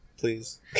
Please